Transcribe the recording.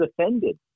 offended